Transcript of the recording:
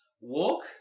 Walk